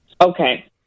Okay